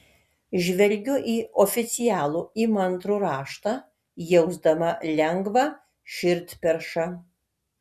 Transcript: žvelgiu į oficialų įmantrų raštą jausdama lengvą širdperšą